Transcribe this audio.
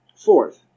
Fourth